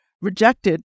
rejected